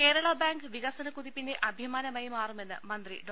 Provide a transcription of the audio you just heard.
കേരളബാങ്ക് വികസനക്കുതിപ്പിന്റെ അഭിമാനമായി മാറുമെന്ന് മന്ത്രി ഡോ